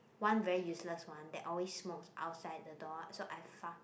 one very useless one that always smokes outside the door so I fuck